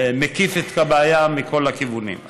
מקיף את הבעיה מכל הכיוונים.